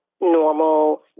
normal